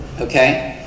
Okay